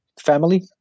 Family